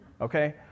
Okay